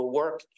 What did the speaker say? work